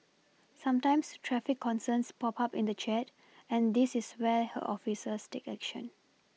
sometimes traffic concerns pop up in the chat and this is where her officers take action